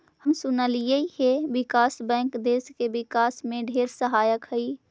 हम सुनलिअई हे विकास बैंक देस के विकास में ढेर सहायक हई